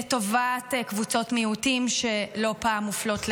לטובת קבוצות מיעוטים שלא פעם מופלות לרעה.